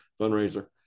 fundraiser